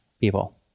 people